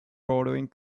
bordering